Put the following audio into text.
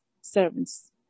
servants